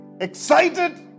excited